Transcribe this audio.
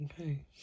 Okay